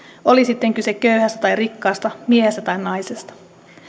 oli sitten kyse köyhästä tai rikkaasta miehestä tai naisesta